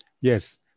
Yes